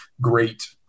great